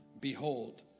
Behold